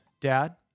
Dad